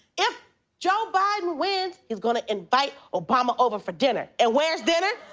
if joe biden wins, he's gonna invite obama over for dinner and where's dinner?